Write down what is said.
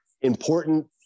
important